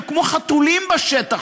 הם כמו חתולים בשטח,